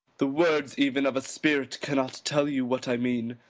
the words even of a spirit cannot tell you what i mean.